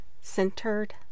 centered